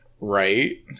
right